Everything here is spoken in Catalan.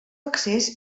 accés